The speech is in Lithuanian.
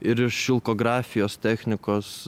ir iš šilkografijos technikos